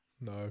No